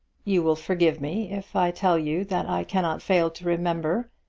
you will forgive me if i tell you that i cannot fail to remember,